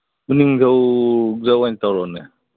ꯎꯅꯤꯡꯊꯧꯗ ꯑꯣꯏꯅ ꯇꯧꯔꯣꯅꯦ